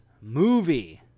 Movie